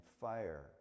fire